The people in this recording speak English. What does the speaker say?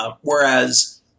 whereas